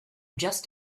just